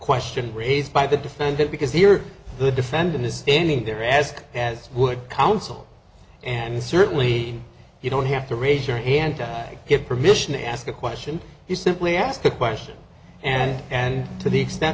question raised by the defendant because here the defendant is standing there as he has would counsel and certainly you don't have to raise your hand to get permission to ask a question you simply ask a question and and to the extent